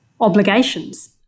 obligations